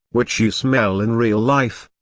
which you smell in real life,